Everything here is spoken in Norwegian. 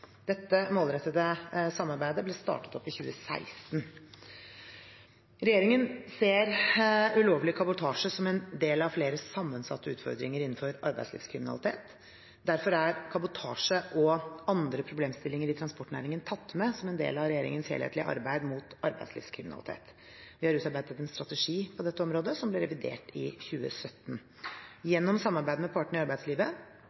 Dette målrettede samarbeidet ble startet opp i 2016. Regjeringen ser ulovlig kabotasje som en del av flere sammensatte utfordringer innenfor arbeidslivskriminalitet. Derfor er kabotasje og andre problemstillinger i transportnæringen tatt med som en del av regjeringens helhetlige arbeid mot arbeidslivskriminalitet. Vi har utarbeidet en strategi på dette området som ble revidert i 2017. Gjennom samarbeid med partene i arbeidslivet